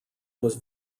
was